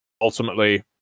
ultimately